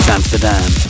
Amsterdam